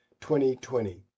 2020